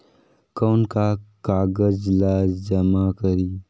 कौन का कागज ला जमा करी?